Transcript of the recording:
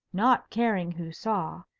not caring who saw,